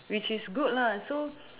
which is good lah so